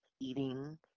eating